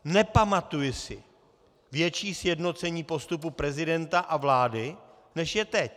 Nepamatuji si větší sjednocení postupu prezidenta a vlády, než je teď.